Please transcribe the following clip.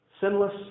sinless